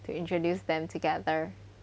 to introduce them together